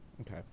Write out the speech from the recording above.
Okay